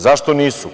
Zašto nisu?